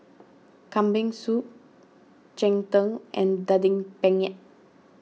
Kambing Soup Cheng Tng and Daging Penyet